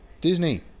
disney